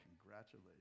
congratulations